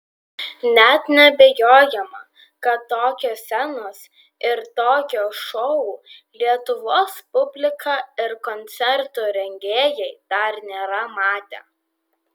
net neabejojama kad tokios scenos ir tokio šou lietuvos publika ir koncertų rengėjai dar nėra matę